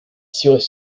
cyrus